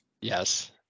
Yes